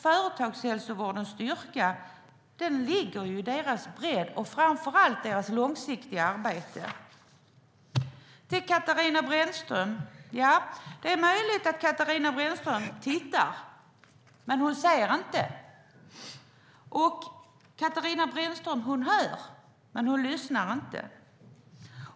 Företagshälsovårdens styrka ligger ju i dess bredd och framför allt dess långsiktiga arbete. Till Katarina Brännström vill jag säga: Ja, det är möjligt att Katarina Brännström tittar, men hon ser inte. Katarina Brännström hör, men hon lyssnar inte.